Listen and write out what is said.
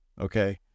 okay